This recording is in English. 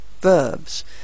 verbs